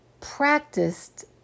practiced